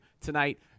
tonight